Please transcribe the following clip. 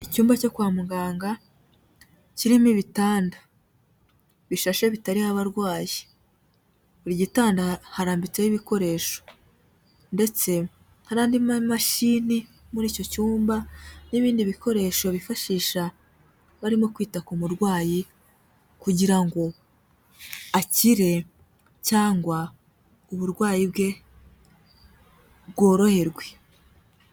Icyumba cyo kwa muganga kirimo ibitanda bishashe bitariho abarwayi. Buri gitanda harambitseho ibikoresho, ndetse hari andi mamashini muri icyo cyumba n'ibindi bikoresho bifashisha barimo kwita ku murwayi, kugira ngo akire cyangwa uburwayi bwe bworoherwe.